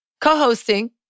Co-hosting